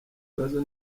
bibazo